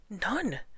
None